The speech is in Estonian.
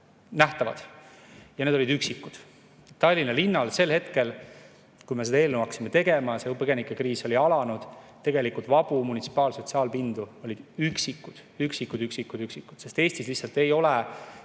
nähtavad. Neid oli üksikuid. Tallinna linnal sel hetkel, kui me seda eelnõu hakkasime tegema ja põgenikekriis oli alanud, tegelikult vabu munitsipaalsotsiaalpindu oli üksikuid. Üksikuid, üksikuid, üksikuid. Eestis lihtsalt ei ole